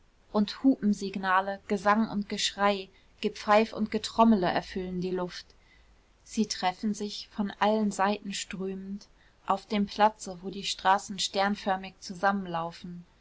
und hupensignale gesang und geschrei gepfeif und getrommele erfüllen die luft sie treffen sich von allen seiten strömend auf dem platze wo die straßen sternförmig zusammenlaufen